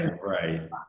right